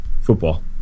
football